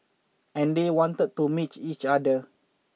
and they wanted to meet each other